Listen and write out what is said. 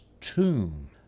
tomb